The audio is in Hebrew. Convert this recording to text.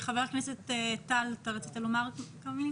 חבר הכנסת טל, רצת לומר משהו?